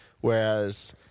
whereas